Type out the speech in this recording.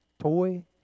toy